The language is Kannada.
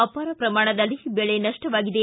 ಅಪಾರ ಪ್ರಮಾಣದಲ್ಲಿ ಬೆಳೆ ನಷ್ಷವಾಗಿದೆ